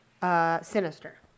sinister